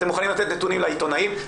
נתונים לעיתונאים,